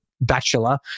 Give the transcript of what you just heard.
bachelor